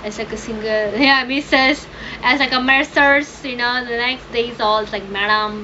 as like a single ya mrs like as like a you know the next day also like madam